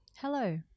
Hello